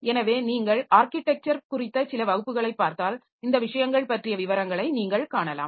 எனவே நீங்கள் ஆர்க்கிடெக்சர் குறித்த சில வகுப்புகளைப் பார்த்தால் இந்த விஷயங்கள் பற்றிய விவரங்களை நீங்கள் காணலாம்